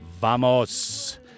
Vamos